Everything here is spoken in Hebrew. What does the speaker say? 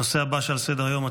הנושא הבא שעל סדר-היום,